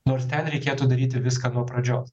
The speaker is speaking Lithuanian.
nors ten reikėtų daryti viską nuo pradžios